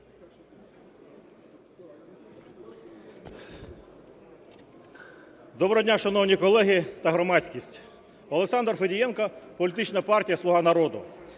Доброго дня, шановні колеги та громадськість! Олександр Федієнко, політична партія "Слуга народу".